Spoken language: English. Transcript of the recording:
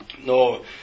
No